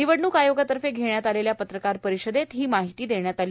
निवडणूक आयोगातर्फे घेण्यात आलेल्या पत्रकार परिषदेत ही माहिती देण्यात आली